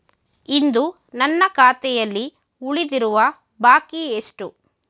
ಇಂದು ನನ್ನ ಖಾತೆಯಲ್ಲಿ ಉಳಿದಿರುವ ಬಾಕಿ ಎಷ್ಟು?